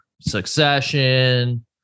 Succession